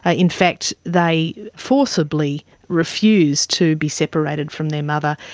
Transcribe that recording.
ah in fact they forcibly refused to be separated from their mother,